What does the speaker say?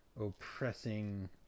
oppressing